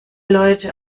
leute